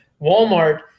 walmart